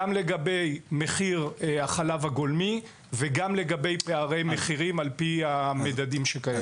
גם לגבי מחיר החלב הגולמי וגם לגבי פערי מחירים על פי המדדים שקיימים.